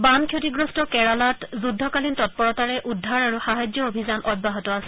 বান ক্ষতিগ্ৰস্ত কেৰালাত যুদ্ধকালীন তৎপৰতাৰে উদ্ধাৰ আৰু সাহায্য অভিযান অব্যাহত আছে